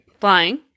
flying